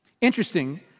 Interesting